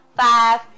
five